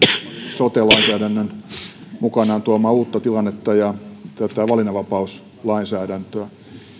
sote lainsäädännön mukanaan tuomaa uutta tilannetta ja tätä valinnanvapauslainsäädäntöä